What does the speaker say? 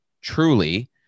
truly